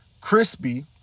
crispy